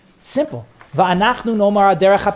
simple